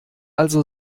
also